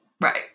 right